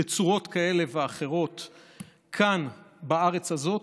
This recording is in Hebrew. בתצורות כאלה ואחרות כאן, בארץ הזאת,